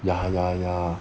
ya ya ya